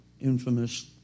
infamous